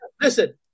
listen